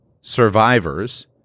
Survivors